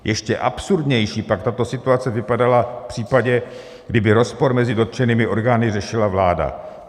Ještě absurdnější pak tato situace vypadala v případě, kdy by rozpor mezi dotčenými orgány řešila vláda.